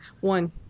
One